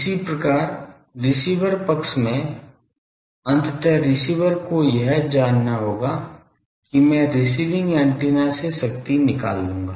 इसी प्रकार रिसीवर पक्ष में अंततः रिसीवर को यह जानना होगा कि में रिसीविंग एंटीना से शक्ति निकाल लूंगा